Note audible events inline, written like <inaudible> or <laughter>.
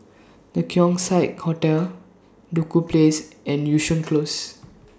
The Keong Saik Hotel Duku Place and Yishun Close <noise>